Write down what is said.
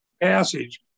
passage